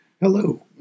Hello